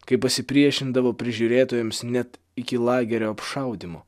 kai pasipriešindavo prižiūrėtojams net iki lagerio apšaudymo